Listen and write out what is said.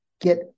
get